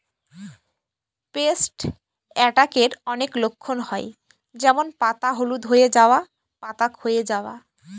paste অ্যাটাকের অনেক লক্ষণ হয় যেমন পাতা হলুদ হয়ে যাওয়া, পাতা ক্ষয়ে যাওয়া